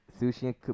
Sushi